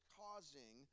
causing